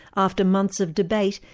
after months of debate,